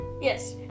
Yes